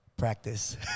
Practice